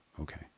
Okay